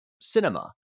cinema